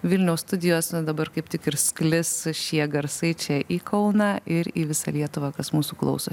vilniaus studijos dabar kaip tik ir sklis šie garsai čia į kauną ir į visą lietuvą kas mūsų klauso